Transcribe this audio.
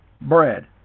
bread